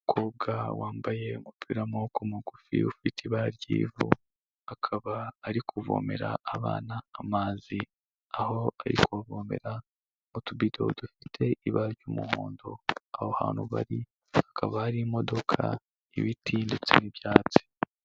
Umukobwa wambaye umupira w'amaboko mugufi ufite ibara ry'ivu, akaba ari kuvomera abana amazi, aho bari kuvomera utubido dufite ibara ry'umuhondo, aho hantu bari hakaba hari imodoka, ibiti ndetse n'ibyatsi.